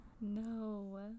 No